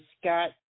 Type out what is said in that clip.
Scott